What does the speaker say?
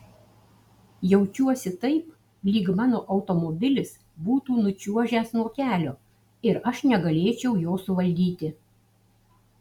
jaučiuosi taip lyg mano automobilis būtų nučiuožęs nuo kelio ir aš negalėčiau jo suvaldyti